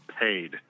paid